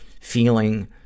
feeling